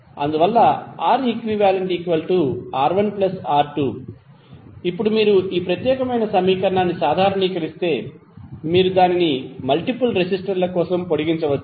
అందువల్ల ReqR1R2 ఇప్పుడు మీరు ఈ ప్రత్యేకమైన సమీకరణాన్ని సాధారణీకరిస్తే మీరు దానిని మల్టిపుల్ రెసిస్టర్ల కోసం పొడిగించవచ్చు